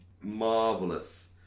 marvelous